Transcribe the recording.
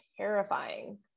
terrifying